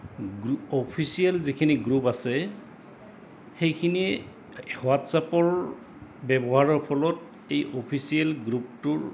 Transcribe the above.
official যিখিনি group আছে সেইখিনি হোৱাটছআপৰ ব্যৱহাৰৰ ফলত এই অফিচিয়েল গ্ৰুপটোৰ